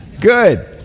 Good